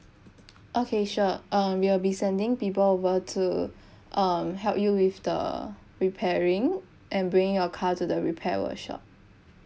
okay sure um we will be sending people were to um help you with the repairing and bring your car to the repair workshop